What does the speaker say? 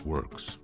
Works